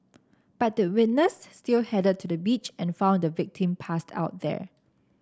but the witness still headed to the beach and found the victim passed out there